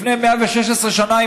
לפני 116 שנה,